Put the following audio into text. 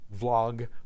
vlog